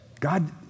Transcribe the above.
God